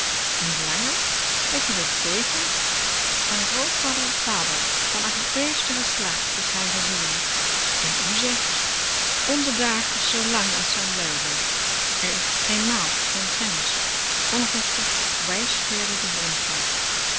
niet langer weet u dat zeker van grootvader op vader van af het verste geslacht is hij gezien en u zegt onze dag is zoo lang als zijn léven er is geen maat geen grens onrustig wijsgeerde de